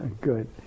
Good